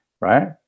right